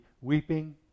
weeping